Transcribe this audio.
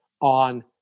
on